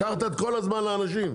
לקחת את כל הזמן לאנשים.